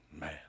Man